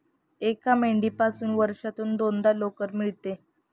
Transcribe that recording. एका मेंढीपासून वर्षातून दोनदा लोकर मिळते